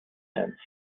fence